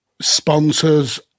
sponsors